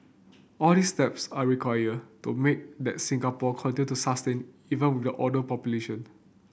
all these steps are required to make that Singapore continue to sustain even with an older population